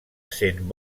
essent